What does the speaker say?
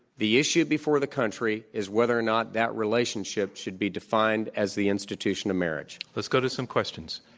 the issue before the country is whether or not that relationship should be defined as the institution of marriage. let's go to some questions.